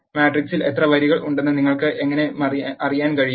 മാട്രിക്സിൽ എത്ര വരികൾ ഉണ്ടെന്ന് നിങ്ങൾക്ക് എങ്ങനെ അറിയാൻ കഴിയും